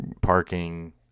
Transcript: parking